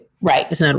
right